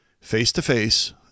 face-to-face